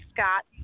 Scott